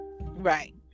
right